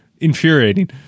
infuriating